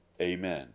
Amen